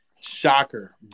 Shocker